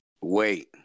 wait